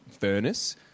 furnace